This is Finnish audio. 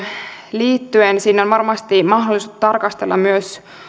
liittyen siinä on varmasti mahdollisuus tarkastella myös